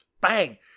bang